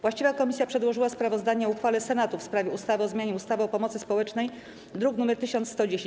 Właściwa komisja przedłożyła sprawozdanie o uchwale Senatu w sprawie ustawy o zmianie ustawy o pomocy społecznej, druk nr 1110.